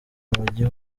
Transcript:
mujyi